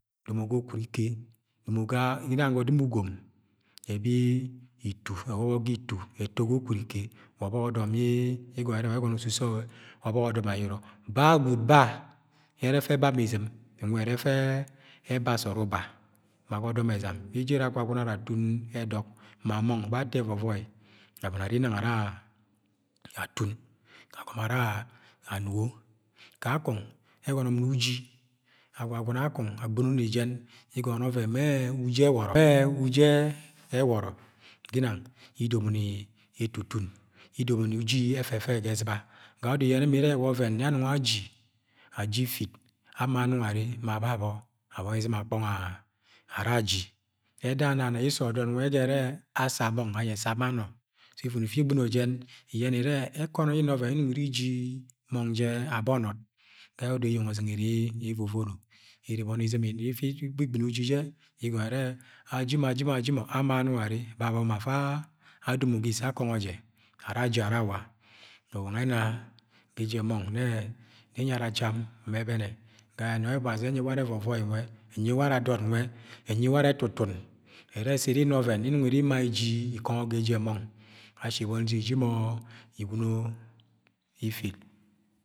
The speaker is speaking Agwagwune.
Domo ga okurikẹ, domo ginang ga edɨ̃m ugom ebi itu, ewọbọ ga itu ẹtọ ga okurike wa. Obọk ọdọm yẹ igono ire wa ususo ọdọm ayọrọ ba gwud ba yẹ ere efẹ eba mo izɨ̃m, ere efe eba sọọd ceba ma ga ọdọm ẹzam, ejere agwagune era atun edọk ma mọng bọ ato ẹvọvọ! ere ginang atun agọmọ ara anugo kakong egọnọ ma uji, agwagune, kokong ajbɨ̃n i jẹn i gọnọ evẹn bẹ [iji e wọrọ Ginang idọmọni idomoni e utun idomo uji efefe ga ezɨ̃ba ga ge odo iyene na oven ye anong aji, aji ifit, ama ma anong arre ma babọ abọni izɨ̃m akpong arra aji eda nang na yẹ esurọdot ye ejarẹ ẹsa mong ẹsa ma nọ,. o ifuni ifi ighino jen iyenẹ irẹ ẹkọnọ ye inọng iri inna ọvẹn yẹ inọng iri iji mọng abanod ga. Yẹ odo eyeng ozɨ̃n ere ga evovono ne ifi igbɨ̃ni uji je igọnọ ni ire aji mo aji mo, aji mọ ama anong ere babọ ma afa adomo ise agọngọ jẹ ara aji ara awa wa nwe ena ga eje mong nni nyerra cham nbẹbẹnẹ ga ne obazi unyi warẹ ẹvọvọi nwe, enyi warẹ adọn nwẹ enyi ware etutun ire sẹ iri inna ọvẹn ye ima iji ikẹngo ga eje emọng ashi íbọni izɨ̃m iji mọ iwuno ifit.